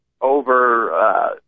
over –